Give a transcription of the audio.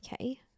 okay